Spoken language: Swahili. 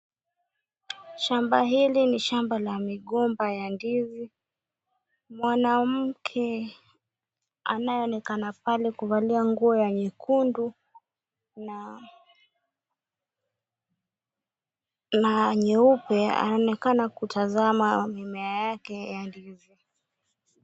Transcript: Shamba hili ni shamba la migomba ya ndizi. Mwanamke anayeonekana pale kuvalia nguo ya nyekundu na nyeupe anaonekana kutazama mimea yake ya ndizi.